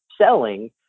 selling